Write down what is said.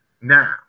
now